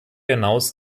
hinaus